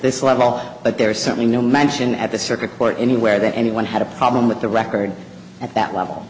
this level but there is certainly no mention at the circuit court anywhere that anyone had a problem with the record at that level